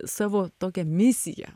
savo tokią misiją